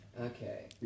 Okay